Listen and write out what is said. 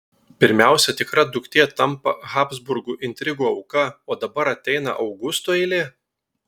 pirmiausia tikra duktė tampa habsburgų intrigų auka o dabar ateina augusto eilė